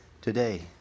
Today